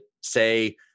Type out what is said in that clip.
say